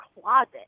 closet